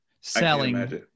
selling